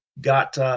got